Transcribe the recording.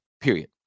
period